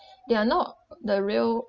they are not the real